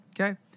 Okay